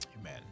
Amen